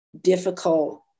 difficult